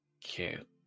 Cute